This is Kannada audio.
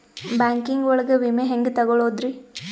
ಬ್ಯಾಂಕಿಂಗ್ ಒಳಗ ವಿಮೆ ಹೆಂಗ್ ತೊಗೊಳೋದ್ರಿ?